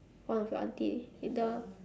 one of your aunty in the